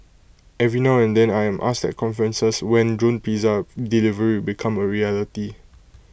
every now and then I am asked at conferences when drone pizza delivery become A reality